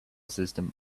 system